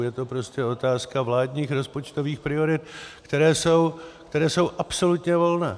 Je to prostě otázka vládních rozpočtových priorit, které jsou absolutně volné.